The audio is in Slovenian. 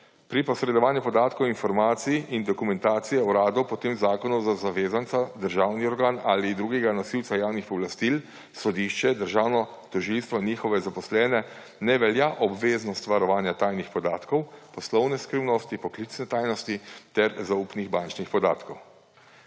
Pri posredovanju podatkov, informacij in dokumentacije Uradu po tem zakonu za zavezanca, državni organ ali drugega nosilca javnih pooblastil, sodišče, Državno tožilstvo, njihove zaposlene ne velja obveznost varovanja tajnih podatkov, poslovne skrivnosti, poklicne tajnosti ter zaupnih bančnih podatkov.